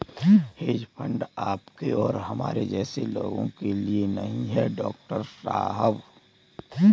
hedge fund आपके और हमारे जैसे लोगों के लिए नहीं है, डॉक्टर साहब